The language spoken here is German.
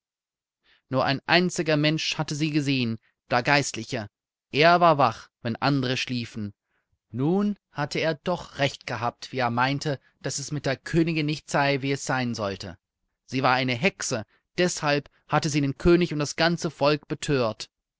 nur ein einziger mensch hatte sie gesehen der geistliche er war wach wenn andere schliefen nun hatte er doch recht gehabt wie er meinte daß es mit der königin nicht sei wie es sein sollte sie war eine hexe deshalb hatte sie den könig und das ganze volk bethört